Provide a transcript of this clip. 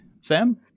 Sam